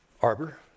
Arbor